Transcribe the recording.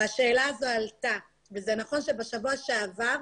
השאלה הזו עלתה וזה נכון שבשבוע שעבר,